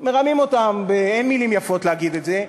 מרמים אותם, אין מילים יפות להגיד את זה,